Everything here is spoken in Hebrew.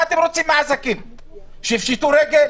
שיפשטו רגל?